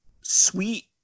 sweet